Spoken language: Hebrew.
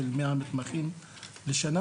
של 100 מתמחים לשנה,